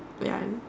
ya and